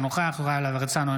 אינו נוכח יוראי להב הרצנו,